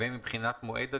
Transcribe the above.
ומבחינת מועד הדיווח,